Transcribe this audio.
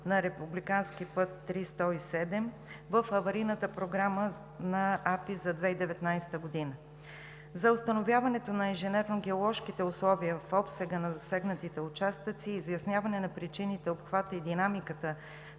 на републикански път III-107“ в аварийната програма на АПИ за 2019 г. За установяването на инженерно-геоложките условия в обсега на засегнатите участъци и изясняване на причините, обхвата и динамиката